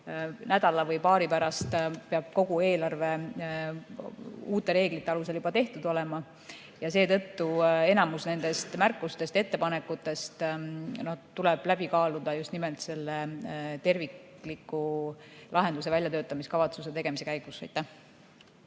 nädala või paari pärast peaks kogu eelarve uute reeglite alusel juba tehtud olema. Seetõttu tuleb enamik nendest märkustest ja ettepanekutest läbi kaaluda just nimelt selle tervikliku lahenduse väljatöötamiskavatsuse tegemise käigus.